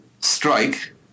strike